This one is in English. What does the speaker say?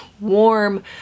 warm